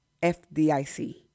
FDIC